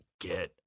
Get